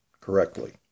correctly